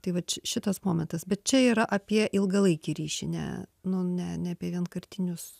tai vat ši šitas momentas bet čia yra apie ilgalaikį ryšį ne nu ne ne apie vienkartinius